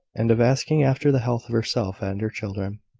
and of asking after the health of herself and her children.